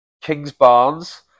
Kings-Barnes